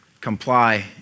comply